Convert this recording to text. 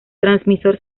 transmisor